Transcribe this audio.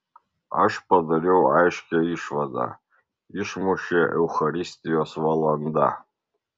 aš padariau aiškią išvadą išmušė eucharistijos valanda